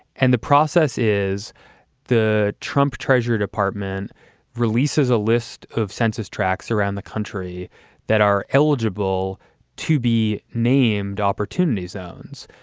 and the process is the trump treasury department releases a list of census tracts around the country that are eligible to be named opportunity zones.